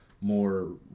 more